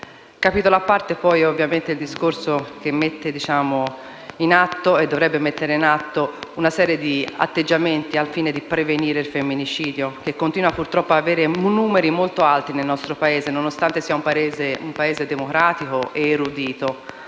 capitolo a parte merita, poi, il discorso relativo alla necessità di mettere in atto una serie di atteggiamenti al fine di prevenire il femminicidio, che continua purtroppo ad avere numeri molto alti nel nostro Paese, nonostante sia un Paese democratico ed erudito